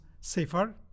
safer